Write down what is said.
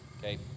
Okay